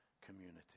community